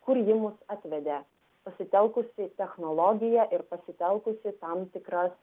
kur ji mus atvedė pasitelkusi technologiją ir pasitelkusi tam tikras